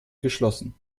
geschlossen